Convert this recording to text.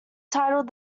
titled